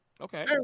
Okay